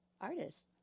artists